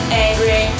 angry